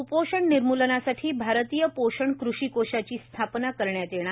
क्पोषण निर्म्लनासाठी भारतीय पोषण कृषी कोषाची स्थापना करण्यात येणार